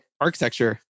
architecture